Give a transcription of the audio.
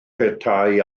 petai